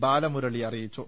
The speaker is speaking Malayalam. ബാലമുരളി അറിയിച്ചു